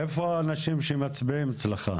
איפה האנשים שמצביעים אצלך?